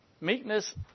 Meekness